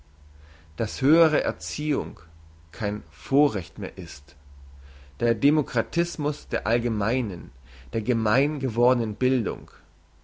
dass höhere erziehung kein vorrecht mehr ist der demokratismus der allgemeinen der gemein gewordnen bildung